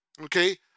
okay